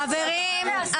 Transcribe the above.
חברים,